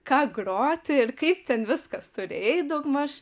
ką groti ir kaip ten viskas turi eit daugmaž